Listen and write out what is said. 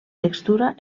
textura